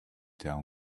tell